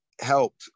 helped